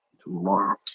tomorrow